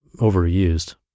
overused